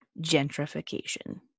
gentrification